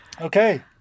Okay